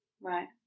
Right